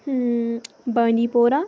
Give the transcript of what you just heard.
بانی پورہ